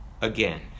again